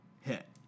hit